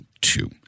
two